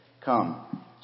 Come